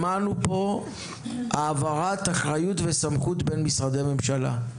שמענו פה העברת אחריות וסמכות בין משרדי ממשלה.